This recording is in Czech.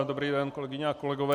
Dobrý den, kolegyně a kolegové.